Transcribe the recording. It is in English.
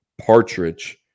Partridge